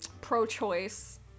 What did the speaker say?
pro-choice